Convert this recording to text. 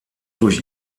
durch